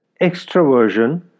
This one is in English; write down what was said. extroversion